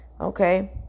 okay